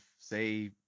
say